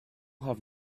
have